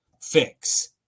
fix